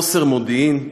חוסר מודיעין,